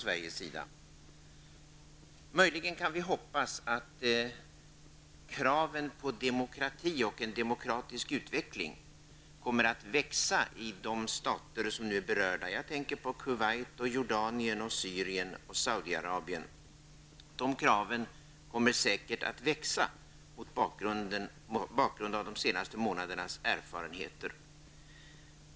Vi kan möjligen hoppas att kraven på demokrati och en demokratisk utveckling kommer att växa i de stater som nu är berörda. Jag tänker då på Kuwait, Jordanien, Syrien och Saudiarabien. De kraven kommer säkert att växa mot bakgrund av de senaste månadernas erfarenheter.